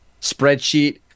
spreadsheet